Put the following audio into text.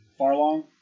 Farlong